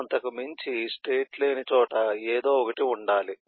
అంతకు మించి స్టేట్ లేని చోట ఏదో ఒకటి ఉండాలి